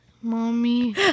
Mommy